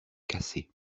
cassé